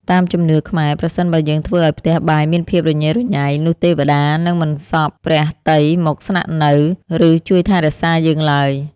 តាមជំនឿខ្មែរប្រសិនបើយើងធ្វើឱ្យផ្ទះបាយមានភាពរញ៉េរញ៉ៃនោះទេវតានឹងមិនសព្វព្រះទ័យមកស្នាក់នៅ ឬជួយថែរក្សាយើងឡើយ។